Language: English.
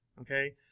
okay